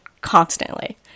constantly